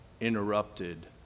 interrupted